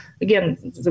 again